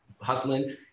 hustling